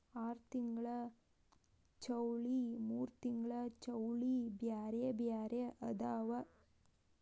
ಆರತಿಂಗ್ಳ ಚೌಳಿ ಮೂರತಿಂಗ್ಳ ಚೌಳಿ ಬ್ಯಾರೆ ಬ್ಯಾರೆ ಅದಾವ